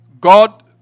God